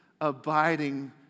abiding